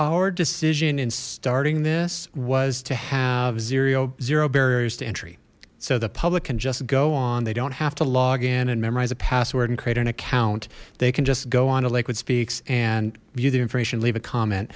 our decision in starting this was to have barriers to entry so the public can just go on they don't have to login and memorize a password and create an account they can just go on a liquid speaks and view the information leave a comment